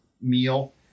meal